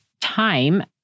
time